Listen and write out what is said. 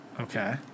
Okay